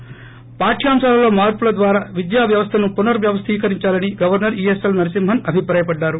ి పాఠ్యాంశాలలో మార్పుల ద్వారా విద్యావ్యవస్థను పునర్ వ్యవస్థీకరించాలని governor E S L Narasimhan అభిప్రాయపడ్గారు